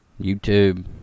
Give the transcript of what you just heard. youtube